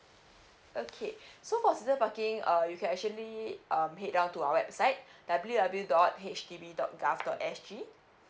okay so for seasoned parking uh you can actually um head down to our website w w dot H D B dot gov dot s g